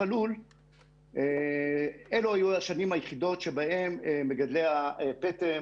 הלול והן היו השנים היחידות שבהן מגדלי הפטם